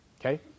okay